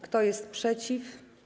Kto jest przeciw?